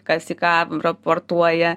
kas į ką raportuoja